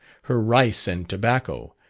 her rice and tobacco,